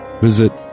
visit